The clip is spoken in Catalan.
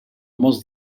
molts